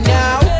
now